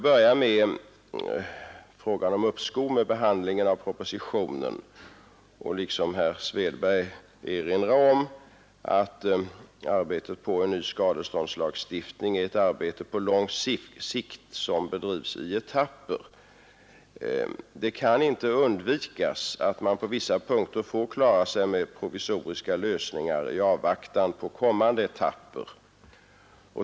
Beträffande frågan om uppskov med behandlingen av propositionen vill jag, liksom herr Svedberg, erinra om att arbetet på en ny skadeståndslagstiftning är ett arbete på lång sikt som bedrivs i etapper. Det kan inte undvikas att man på vissa punkter får klara sig med provisoriska lösningar i avvaktan på kommande etapper.